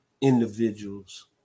individuals